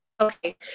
Okay